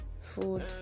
food